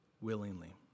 willingly